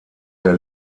der